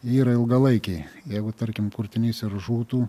jie yra ilgalaikiai jeigu tarkim kurtinys ir žūtų